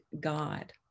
God